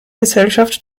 gesellschaft